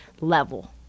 level